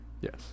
Yes